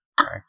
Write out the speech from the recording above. Okay